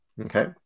okay